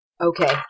Okay